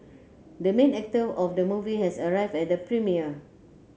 the main actor of the movie has arrived at the premiere